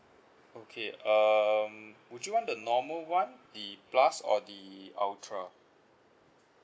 okay um would you want the normal one the plus or the ultra